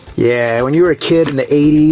yeah, when you were a kid in the eighty